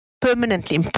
permanently